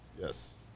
Yes